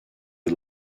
you